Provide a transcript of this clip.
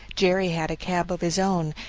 jerry had a cab of his own,